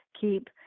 keep